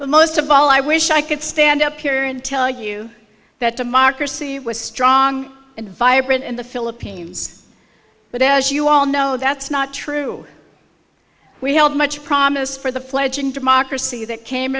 but most of all i wish i could stand up here and tell you that democracy was strong and vibrant in the philippines but as you all know that's not true we held much promise for the fledgling democracy that came